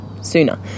sooner